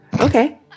Okay